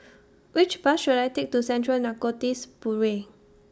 Which Bus should I Take to Central Narcotics Bureau